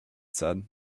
said